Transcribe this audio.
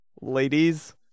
ladies